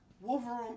Wolverine